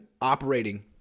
operating